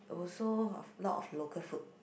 also of a lot of local food